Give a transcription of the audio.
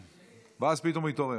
ואז פתאום הוא התעורר.